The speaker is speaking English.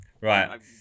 Right